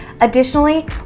Additionally